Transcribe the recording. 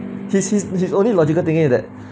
his his only logical thinking is that